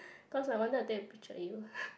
cause I wanted to take a picture with you